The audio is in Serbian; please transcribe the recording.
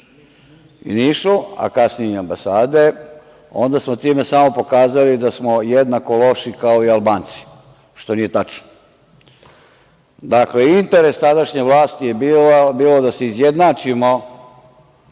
i Nišu, a kasnije i ambasade, onda smo time samo pokazali da smo jednako loši kao i Albanci, što nije tačno. Dakle, interes tadašnje vlasti je bio da se izjednačimo